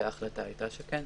וההחלטה הייתה שכן.